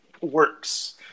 works